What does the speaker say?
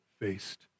faced